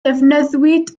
defnyddiwyd